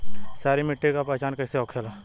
सारी मिट्टी का पहचान कैसे होखेला?